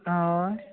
हय